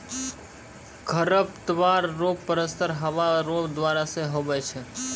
खरपतवार रो प्रसार हवा रो द्वारा से हुवै छै